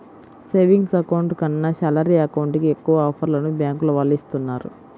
savings account కన్నా salary account కి ఎక్కువ ఆఫర్లను బ్యాంకుల వాళ్ళు ఇస్తున్నారు